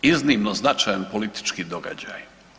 Iznimno značajan politički događaj.